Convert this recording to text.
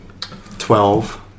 Twelve